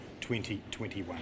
2021